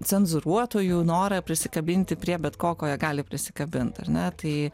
cenzūruotojų norą prisikabinti prie bet ko ko jie gali prisikabint ar ne tai